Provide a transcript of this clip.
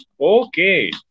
Okay